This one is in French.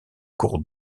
cours